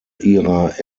ihrer